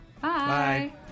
Bye